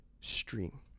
stream